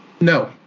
no